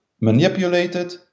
manipulated